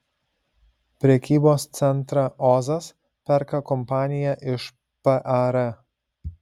prekybos centrą ozas perka kompanija iš par